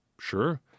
Sure